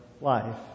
life